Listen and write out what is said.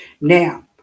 Now